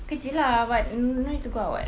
kerja lah but no need to go out [what]